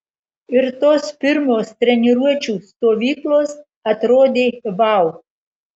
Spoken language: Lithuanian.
ir tos pirmos treniruočių stovyklos atrodė vau